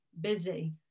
busy